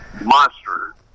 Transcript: monster